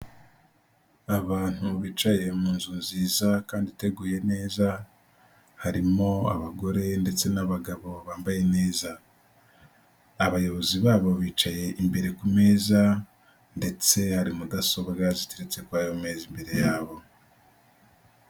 Abantu bicaye mu nzu nziza kandi iteguye neza, harimo abagore ndetse n'abagabo bambaye neza, abayobozi babo bicaye imbere ku meza ndetse hari mudasobwa ziteretse kuri ayo meza imbere yabo.